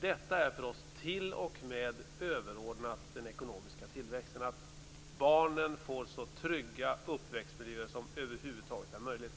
Att barnen får så trygga uppväxtmiljöer som över huvud taget är möjligt är för oss t.o.m. överordnat den ekonomiska tillväxten.